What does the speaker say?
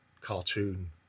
cartoon